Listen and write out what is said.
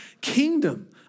kingdom